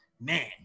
Man